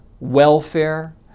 welfare